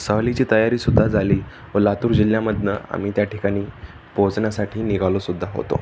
सहलीची तयारी सुद्धा झाली व लातूर जिल्ह्यामधून आम्ही त्या ठिकाणी पोहोचण्यासाठी निघालो सुद्धा होतो